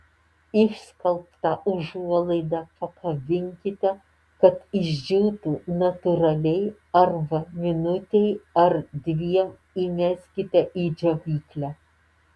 išskalbtą užuolaidą pakabinkite kad išdžiūtų natūraliai arba minutei ar dviem įmeskite į džiovyklę